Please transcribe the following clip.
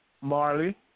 Marley